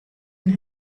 and